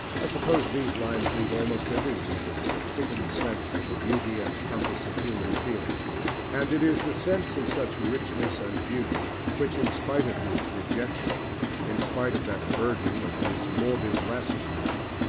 i suppose these lines leave almost every reader with a quickened sense of the beauty and compass of human feeling and it is the sense of such richness and beauty which, in spite of his dejection, in spite of that burden of his morbid lassitude,